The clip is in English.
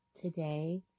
Today